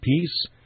peace